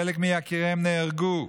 חלק מיקיריהם נהרגו,